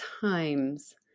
times